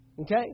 Okay